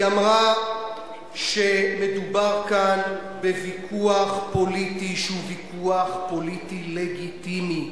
היא אמרה שמדובר כאן בוויכוח פוליטי שהוא ויכוח פוליטי לגיטימי,